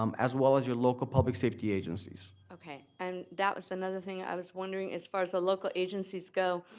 um as well as your local public safety agencies okay, and that was another thing i was wondering. as far as the local agencies go,